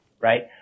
right